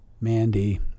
Mandy